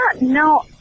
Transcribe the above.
no